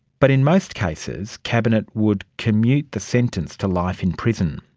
but in most cases cabinet would commute the sentence to life in prison.